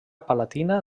palatina